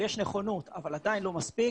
יש נכונות, אבל עדיין לא מספיק.